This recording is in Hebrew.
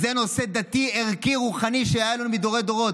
זה נושא דתי, ערכי, רוחני, שהיה לנו מדורי-דורות.